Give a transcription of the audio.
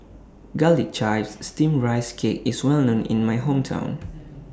Garlic Chives Steamed Rice Cake IS Well known in My Hometown